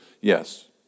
Yes